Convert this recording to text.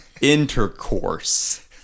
Intercourse